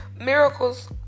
Miracles